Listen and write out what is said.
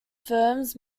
firms